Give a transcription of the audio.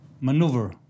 maneuver